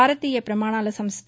భారతీయ ప్రమాణాల సంస్ట